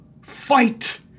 fight